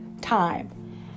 time